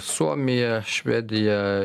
suomija švedija